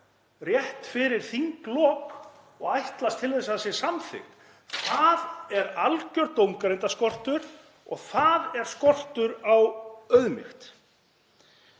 rétt fyrir þinglok og ætlast til að það sé samþykkt. Það er algjör dómgreindarskortur og það er skortur á auðmýkt.